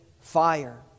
fire